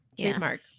trademark